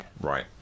Right